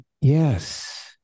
Yes